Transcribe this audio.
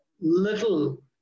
little